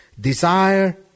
desire